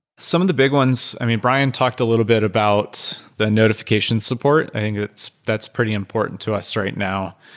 some of the big ones i mean, brian talked a little bit about the notification support. i think that's that's pretty important to us right now.